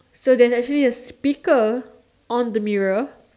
so there's actually a speaker on the mirror